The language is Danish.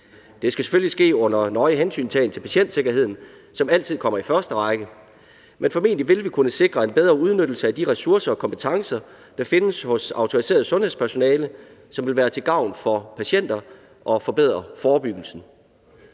Det skal selvfølgelig ske under nøje hensyntagen til patientsikkerheden, som altid kommer i første række, men formentlig vil vi kunne sikre en bedre udnyttelse af de ressourcer og kompetencer, der findes hos autoriseret sundhedspersonale, som vil være til gavn for patienter og forbedre forebyggelsen.